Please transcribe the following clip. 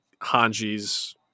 Hanji's